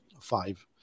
five